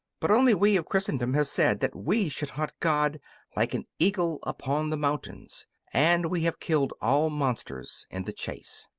but only we of christendom have said that we should hunt god like an eagle upon the mountains and we have killed all monsters in the chase.